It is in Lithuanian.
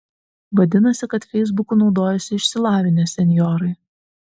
vadinasi kad feisbuku naudojasi išsilavinę senjorai